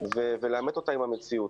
ולאמת אותה עם המציאות,